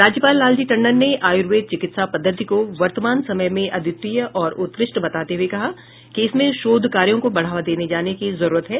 राज्यपाल लालजी टंडन ने आयूर्वेद चिकित्सा पद्धति को वर्तमान समय में अद्वितीय और उत्कृष्ट बताते हुये कहा कि इसमें शोध कार्यो को बढ़ावा दिये जाने की जरूरत है